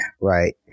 right